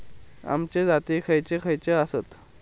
अम्याचे जाती खयचे खयचे आसत?